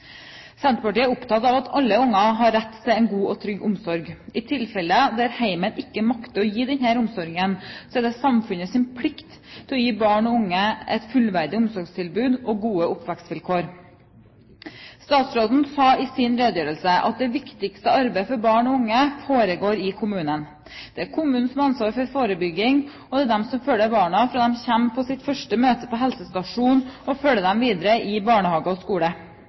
Senterpartiet er opptatt av at alle unger har rett til en god og trygg omsorg. I tilfeller der heimen ikke makter å gi denne omsorgen, er det samfunnets plikt å gi barn og unge et fullverdig omsorgstilbud og gode oppvekstvilkår. Statsråden sa i sin redegjørelse at det viktigste arbeid for barn og unge foregår i kommunen. Det er kommunen som har ansvar for forebygging, og det er den som følger barna fra de kommer på sitt første møte på helsestasjonen, og følger dem videre i barnehage og skole.